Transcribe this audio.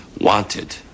wanted